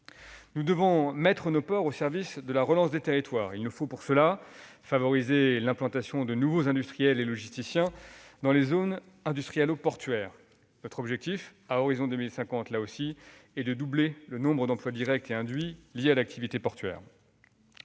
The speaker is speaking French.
Nous devons mettre nos ports au service de la relance des territoires. Il nous faut, pour cela, favoriser l'implantation de nouveaux industriels et logisticiens dans les zones industrialo-portuaires. Notre objectif, à l'horizon de 2050, est de doubler le nombre d'emplois directs et induits liés à l'activité portuaire.